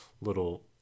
little